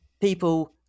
People